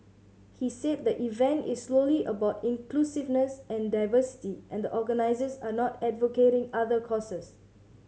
he said the event is slowly about inclusiveness and diversity and the organises are not advocating other causes